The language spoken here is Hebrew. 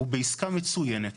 ובעסקה מצוינת,